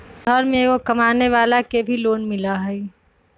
घर में एगो कमानेवाला के भी लोन मिलहई?